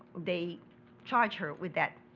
they charged her with that.